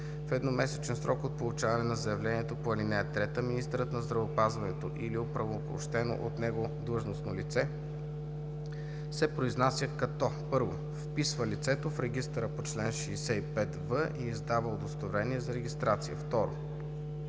В едномесечен срок от получаване на заявлението по ал. 3 министърът на здравеопазването или оправомощено от него длъжностно лице се произнася като: 1. вписва лицето в регистъра по чл. 65в и издава удостоверение за регистрация; 2.